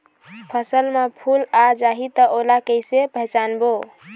फसल म फूल आ जाही त ओला कइसे पहचानबो?